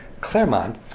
Claremont